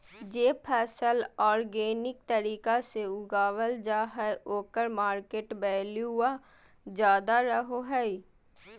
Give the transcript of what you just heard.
जे फसल ऑर्गेनिक तरीका से उगावल जा हइ ओकर मार्केट वैल्यूआ ज्यादा रहो हइ